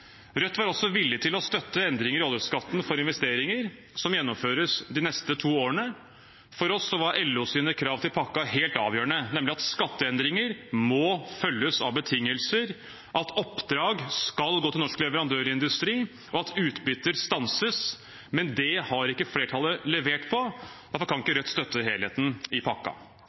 Rødt var også villig til å støtte endringer i oljeskatten for investeringer som gjennomføres de neste to årene. For oss var LOs krav til pakken helt avgjørende, nemlig at skatteendringer må følges av betingelser, at oppdrag skal gå til norsk leverandørindustri, og at utbytter stanses. Men dette har ikke flertallet levert på, og derfor kan ikke Rødt støtte helheten i